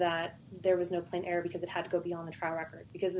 that there was no clean air because it had to go beyond a trial record because